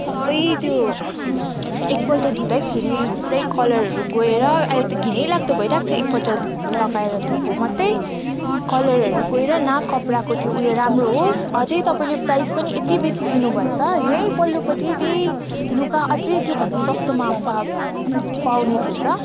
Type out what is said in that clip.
सबै त्यो एकपल्ट धुँदैखेरि पुरै कलरहरू गएर अहिले त घिनैलाग्दो भइरहेको छ एकपल्ट लगाएर धोएको मात्रै कलरहरू गएर न कपडाको त्यो उयो राम्रो होस् अझै तपाईँले प्राइस पनि यति बेसी लिनुभएछ यही पल्लोपट्टि त्यही लुगा अझै त्योभन्दा सस्तोमा पा पाउने थिएछ